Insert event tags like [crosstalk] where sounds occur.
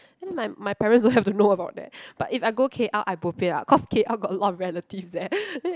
and then my my parents don't have to know about that but if I go K_L I bo pian ah cause K_L got a lot of relatives there [laughs]